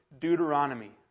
Deuteronomy